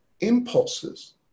impulses